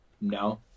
No